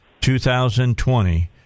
2020